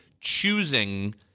choosing